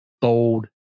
bold